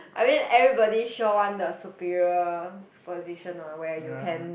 I mean everybody sure want the superior position what where you can